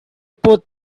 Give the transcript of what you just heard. put